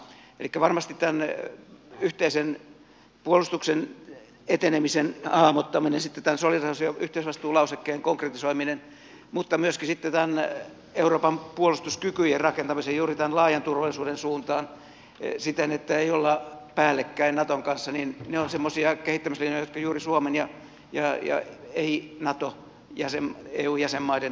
elikkä varmasti tämän yhteisen puolustuksen etenemisen hahmottaminen sitten tämän solidaarisuus ja yhteisvastuulausekkeen konkretisoiminen mutta myöskin sitten tämän euroopan puolustuskykyjen rakentamisen juuri tämän laajan turvallisuuden suuntaan siten että ei olla päällekkäin naton kanssa ne ovat semmoisia kehittämislinjoja jotka juuri suomen ja ei nato eu jäsenmaiden etuja palvelevat